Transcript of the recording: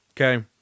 okay